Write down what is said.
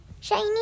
shiny